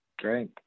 Great